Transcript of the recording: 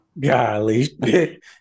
Golly